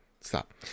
Stop